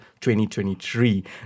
2023